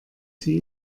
sie